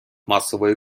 масової